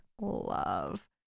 love